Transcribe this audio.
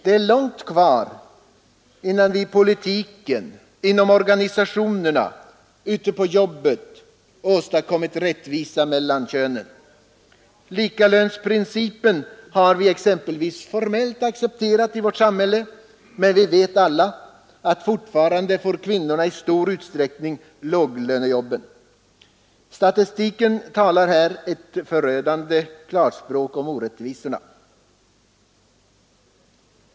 Det är långt kvar innan vi i politiken, inom organisationerna och ute på arbetsplatserna åstadkommit rättvisa mellan könen. Likalönsprincipen har vi exempelvis formellt accepterat i vårt samhälle, men vi vet alla att kvinnorna fortfarande i stor utsträckning får låglönejobben. Statistiken talar här ett förödande klarspråk om orättvisorna.